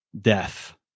death